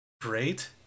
great